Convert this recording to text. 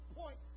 point